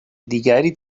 دیگری